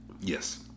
Yes